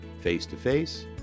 face-to-face